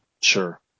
Sure